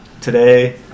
Today